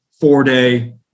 four-day